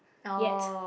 yet